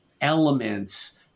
elements